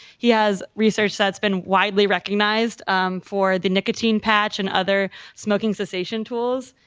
he has research that's been widely recognized for the nicotine patch and other smoking cessation tools.